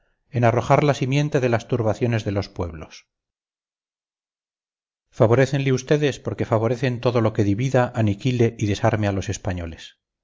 en arrojar la simiente de las turbaciones de los pueblos favorécenle ustedes porque favorecen todo lo que divida aniquile y desarme a los españoles